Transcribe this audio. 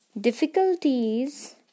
Difficulties